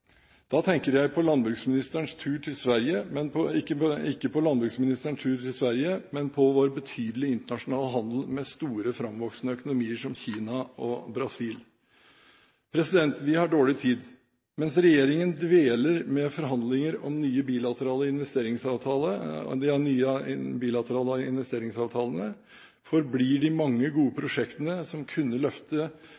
Da tenker jeg ikke på landbruksministerens tur til Sverige, men på vår betydelige internasjonale handel med store framvoksende økonomier, som Kina og Brasil. Vi har dårlig tid. Mens regjeringen dveler med forhandlinger om de nye bilaterale investeringsavtalene, forblir de mange gode prosjektene som kunne løftet mennesker ut av